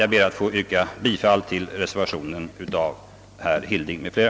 Jag ber alltså att få yrka bifall till reservation nr 1 av herr Hilding m.fl.